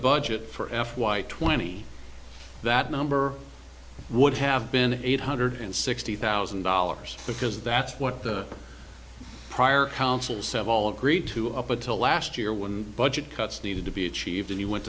budget for f y twenty that number would have been eight hundred sixty thousand dollars because that's what the prior council so all agreed to up until last year when budget cuts needed to be achieved and he went